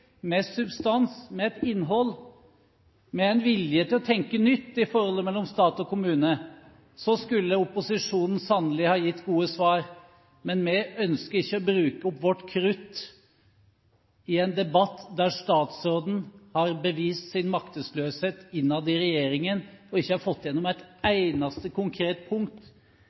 med substans, med et innhold, med en vilje til å tenke nytt i forholdet mellom stat og kommune, skulle opposisjonen sannelig ha gitt gode svar. Men vi ønsker ikke å bruke opp vårt krutt i en debatt der statsråden har bevist sin maktesløshet innad i regjeringen, og ikke har fått gjennom et eneste konkret punkt.